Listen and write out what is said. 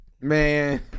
man